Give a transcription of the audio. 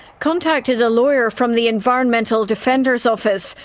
contacted a lawyer from the environmental defenders office,